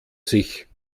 sich